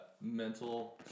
mental